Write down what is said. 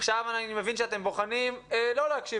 עכשיו אני מבין שאתם בוחנים את האפשרות לא להקשיב